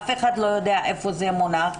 אף אחד לא יודע איפה זה מונח,